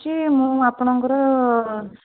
ମୁଁ ଆପଣଙ୍କର